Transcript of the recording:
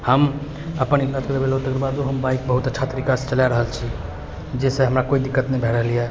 हम अपन एक्सीडेन्ट भऽ गेल तकरबादो हम बाइक बहुत अच्छा तरीकासँ चला रहल छी जाहिसँ हमरा कोइ दिक्कत नहि भऽ रहल अइ